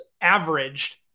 averaged